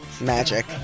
Magic